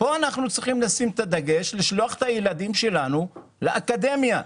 כדי לשלוח את הילדים שלנו לאקדמיה.